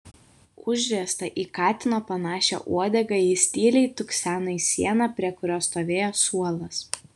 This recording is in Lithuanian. užriesta į katino panašia uodega jis tyliai tukseno į sieną prie kurios stovėjo suolas